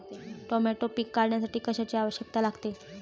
Tomato पीक काढण्यासाठी कशाची आवश्यकता लागते?